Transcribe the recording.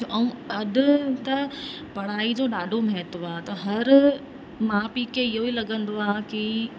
ऐं अॼु त पढ़ाई जो ॾाढो महत्व आहे त हर माउ पीउ खे इहो ई लॻंदो आहे कि